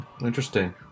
Interesting